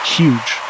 huge